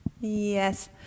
Yes